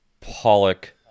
Pollock